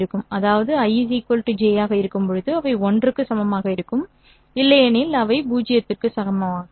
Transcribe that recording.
அதாவது i j ஆக இருக்கும்போது அவை 1 க்கு சமமாக இருக்கும் இல்லையெனில் அவை 0 ஆக இருக்கும்